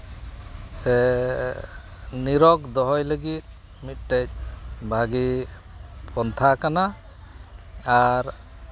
ᱥᱮ ᱱᱤᱨᱚᱠ ᱫᱚᱦᱚᱭ ᱞᱟᱹᱜᱤᱫ ᱢᱤᱫᱴᱮᱱ ᱵᱷᱟᱜᱮ ᱯᱚᱱᱛᱷᱟ ᱠᱟᱱᱟ ᱟᱨ